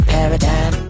Paradigm